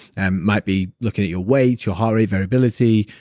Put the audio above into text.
and might be looking at your weight, your heart rate variability,